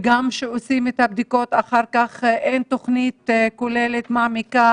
וכשעושים את הבדיקות אין תוכנית כוללת מעמיקה